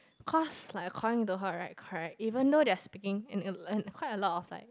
cause like according to her right correct even though they are speaking in quite a lot of like